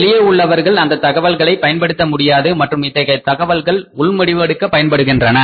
வெளியே உள்ளவர்கள் இந்த தகவலை பயன்படுத்த முடியாது மற்றும் இத்தகைய தகவல்கள் உள் முடிவெடுக்க பயன்படுகின்றன